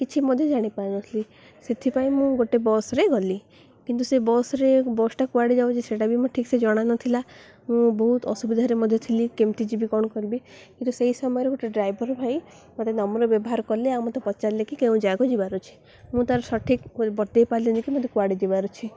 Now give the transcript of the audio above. କିଛି ମଧ୍ୟ ଜାଣିପାରୁନଥିଲି ସେଥିପାଇଁ ମୁଁ ଗୋଟେ ବସ୍ରେ ଗଲି କିନ୍ତୁ ସେ ବସ୍ରେ ବସ୍ଟା କୁଆଡ଼େ ଯାଉଛି ସେଇଟା ବି ମୋ ଠିକ୍ ସେ ଜଣାନଥିଲା ମୁଁ ବହୁତ ଅସୁବିଧାରେ ମଧ୍ୟ ଥିଲି କେମିତି ଯିବି କ'ଣ କରିବି କିନ୍ତୁ ସେଇ ସମୟରେ ଗୋଟେ ଡ୍ରାଇଭର୍ ଭାଇ ମୋତେ ନମ୍ର ବ୍ୟବହାର କଲେ ଆଉ ମୋତେ ପଚାରିଲେ କିି କେଉଁ ଯାଗକୁ ଯିବାର ଅଛି ମୁଁ ତା'ର ସଠିକ୍ ବତେଇ ପାରିଲିନି ମୋତେ କୁଆଡ଼େ ଯିବାର ଅଛି